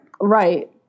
right